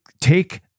take